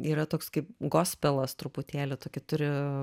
yra toks kaip gospelas truputėlį tokį turi